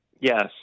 Yes